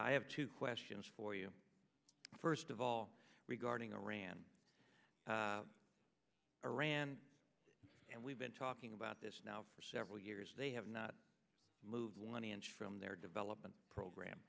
i have two questions for you first of all regarding iran iran and we've been talking about this now for several years they have not moved one inch from their development program